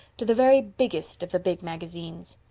to the very biggest of the big magazines.